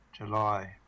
July